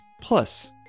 Plus